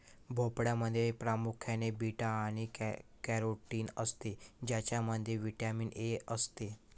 भोपळ्यामध्ये प्रामुख्याने बीटा आणि कॅरोटीन असते ज्यामध्ये व्हिटॅमिन ए असते